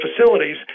facilities